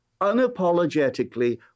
unapologetically